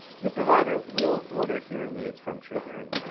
your provider will order hearing aids from truhearing.